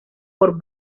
por